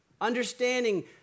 Understanding